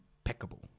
impeccable